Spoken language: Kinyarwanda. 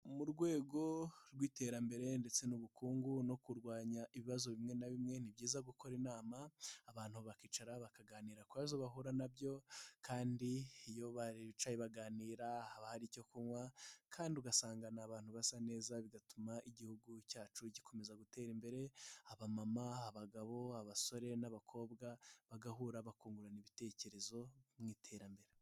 Mu rwego rw'iterambere ndetse n'ubukungu no kurwanya ibibazo bimwe na bimwe. Ni byiza gukora inama, abantu bakicara bakaganira kubibazo bahura nabyo kandi iyo bicaye baganira, haba hari icyo kunywa kandi ugasanga ni abantu basa neza. Bigatuma Igihugu cyacu gikomeza gutera imbere, aba mama, abagabo, abasore n'abakobwa bagahura bakungurana ibitekerezo mu iterambere.